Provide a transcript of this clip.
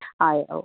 ಅಯ್ಯೋ